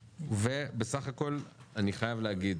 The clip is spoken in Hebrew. בסך הכול אני חייב להגיד,